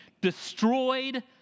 destroyed